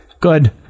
Good